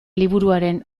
liburuaren